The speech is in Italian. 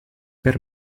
per